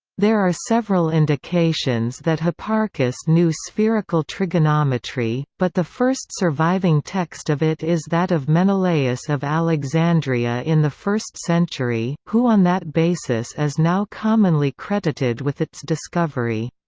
there are several indications that hipparchus knew spherical trigonometry, but the first surviving text of it is that of menelaus of alexandria in the first century, who on that basis is now commonly credited with its discovery.